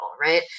right